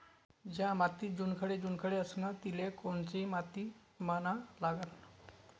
ज्या मातीत चुनखडे चुनखडे असन तिले कोनची माती म्हना लागन?